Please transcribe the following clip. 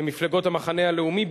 למפלגות המחנה הלאומי,